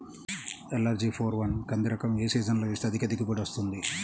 LRG four one కంది రకం ఏ సీజన్లో వేస్తె అధిక దిగుబడి వస్తుంది?